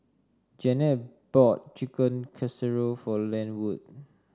Janette bought Chicken Casserole for Lenwood